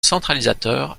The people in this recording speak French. centralisateur